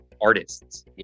artists